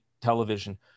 television